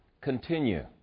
continue